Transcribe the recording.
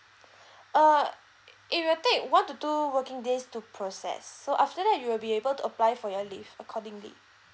uh it will take one to two working days to process so after that you will be able to apply for your leave accordingly